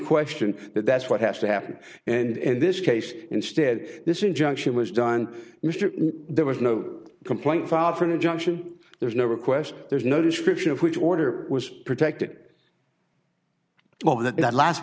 question that that's what has to happen and in this case instead this injunction was done mr there was no complaint filed for an injunction there's no request there's no description of which order was protected well that last